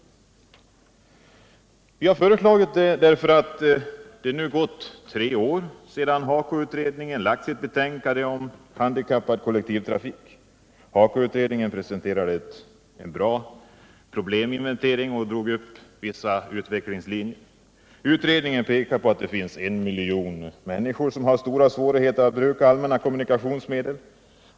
Vpk har föreslagit detta därför att det nu gått snart tre år sedan HAKO utredningen lade fram sitt betänkande om handikappanpassad kollektivtrafik. HAKO-utredningen presenterade en bra probleminventering och drog upp vissa utvecklingslinjer. Utredningen pekade på att det finns ca 1 miljon människor som har stora svårigheter att bruka allmänna kommunikationsmedel.